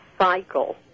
cycle